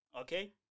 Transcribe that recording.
Okay